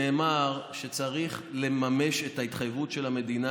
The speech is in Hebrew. נאמר שצריך לממש את ההתחייבות של המדינה